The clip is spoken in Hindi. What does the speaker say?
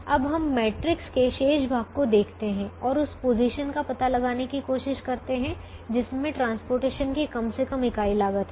अब हम इस मैट्रिक्स के शेष भाग को देखते हैं और उस पोजीशन का पता लगाने की कोशिश करते हैं जिसमें परिवहन की कम से कम इकाई लागत हो